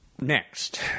Next